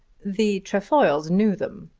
the trefoils knew them.